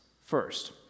First